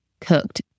cooked